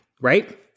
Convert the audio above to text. right